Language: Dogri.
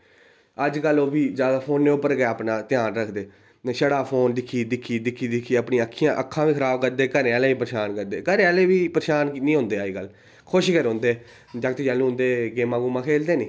अज्जकल ओह्बी खेल्लनै पर अपना ध्यान जादै रक्खदे ते छड़ा फोन दिक्खी दिक्खी दिक्खी अपनी अक्खां बी खराब करदे ते घरें आह्लें बी परेशान करदे घरै आह्ले बी परेशान कियां होंदे अज्जकल खुश गै रौहंदे जागत् जैलूं ते गेमां खेल्लदे नी